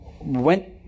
went